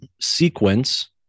sequence